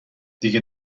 دیگه